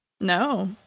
no